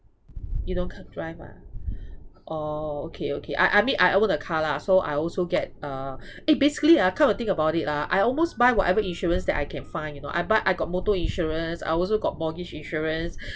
you don't can't drive ah orh okay okay I I mean I own a car lah so I also get a eh basically ah come to think about it ah I almost buy whatever insurance that I can find you know I buy I got motor insurance I also got mortgage insurance